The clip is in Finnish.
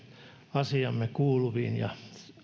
asiamme kuuluviin ja